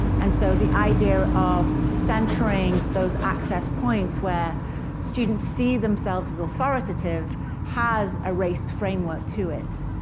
and so the idea of centering those access points where students see themselves as authoritative has erased framework to it.